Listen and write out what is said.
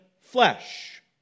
flesh